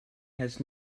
has